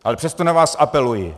Ale přesto na vás apeluji.